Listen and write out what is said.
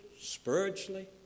spiritually